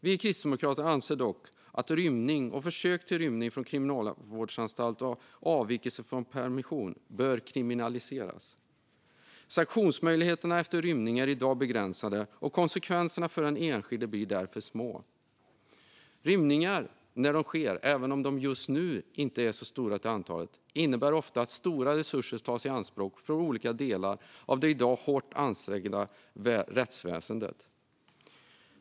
Vi kristdemokrater anser dock att rymning och försök till rymning från kriminalvårdsanstalt och avvikelse från permission bör kriminaliseras. Sanktionsmöjligheterna efter rymning är i dag begränsade, och konsekvenserna för den enskilde blir därför små. Rymningar, när de sker, även om de just nu inte är så många till antalet, innebär ofta att stora resurser tas i anspråk från olika delar av det i dag hårt ansträngda rättsväsendet.